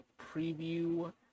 preview